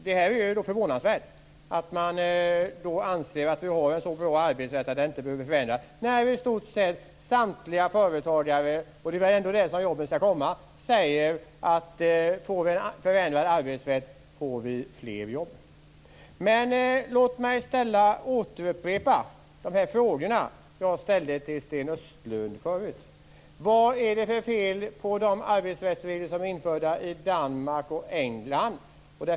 Det är förvånansvärt att man anser att vi har en så bra arbetsrätt att den inte behöver förändras när i stort sett samtliga företagare, och det är väl ändå i företagen som jobben skall komma, säger att om vi får en förändrad arbetsrätt får vi fler jobb. Låt mig återupprepa de frågor jag ställde till Sten Östlund förut. Vad är det för fel på de arbetsrättsregler som är införda i Danmark och England?